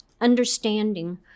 understanding